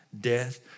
death